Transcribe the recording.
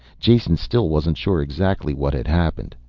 jason still wasn't sure exactly what had happened.